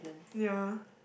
ya